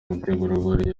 mutegarugori